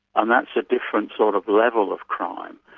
and that's a different sort of level of crime.